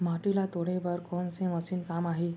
माटी ल तोड़े बर कोन से मशीन काम आही?